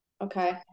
Okay